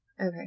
Okay